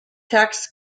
tax